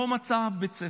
הוא לא מצא בית ספר.